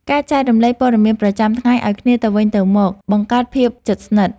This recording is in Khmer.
ការចែករំលែកព័ត៌មានប្រចាំថ្ងៃឲ្យគ្នាទៅវិញទៅមកបង្កើតភាពជិតស្និទ្ធ។